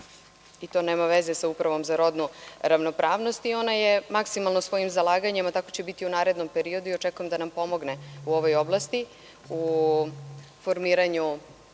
i to nema veze sa Upravom za rodnu ravnopravnost i ona je maksimalno svojim zalaganjem, a tako će biti i u narednom periodu, i očekujem da nam pomogne u ovoj oblasti, u formiranju